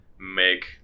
make